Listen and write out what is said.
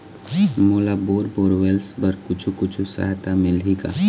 मोला bore borewells बर कुछू कछु सहायता मिलही का?